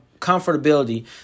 comfortability